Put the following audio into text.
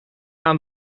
aan